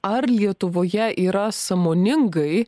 ar lietuvoje yra sąmoningai